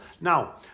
Now